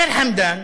ח'יר חמדאן,